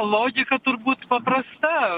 logika turbūt paprasta